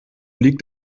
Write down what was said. liegt